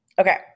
Okay